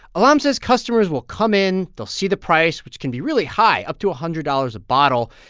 alam says customers will come in. they'll see the price, which can be really high up to a hundred dollars a bottle.